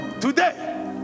today